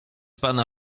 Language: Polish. pana